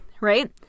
right